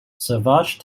savage